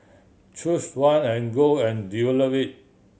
choose one and go and develop it